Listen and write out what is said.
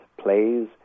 plays